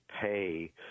pay